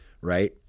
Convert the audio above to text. right